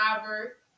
Robert